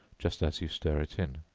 just as you stir it in